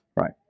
Right